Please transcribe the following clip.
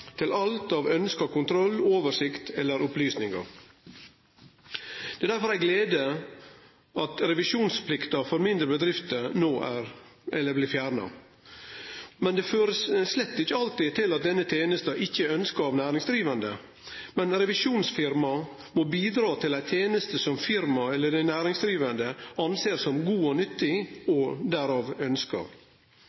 til alt av ønskt kontroll, oversikt eller opplysningar. Det er derfor ei glede at revisjonsplikta for mindre bedrifter no blir fjerna. Det fører slett ikkje alltid til at denne tenesta ikkje er ønskt av næringsdrivande, men revisjonsfirmaet må bidra til ei teneste som firmaet eller den næringsdrivande ser på som god og nyttig